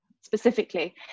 specifically